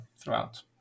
throughout